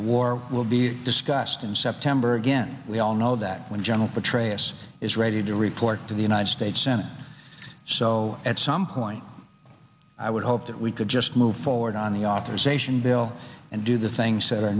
the war will be discussed in september again we all know that when general petraeus is ready to report to the united states senate so at some point i would hope that we could just move forward on the authorization bill and do the things that are